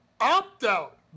Opt-out